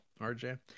RJ